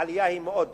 העלייה גדולה מאוד.